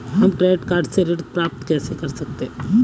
हम credit card से ऋण कैसे प्राप्त कर सकते हैं?